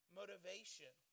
motivation